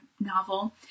novel